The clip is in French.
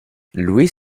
louis